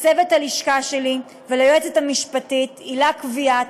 לצוות הלשכה שלי וליועצת המשפטית הילה קויאט,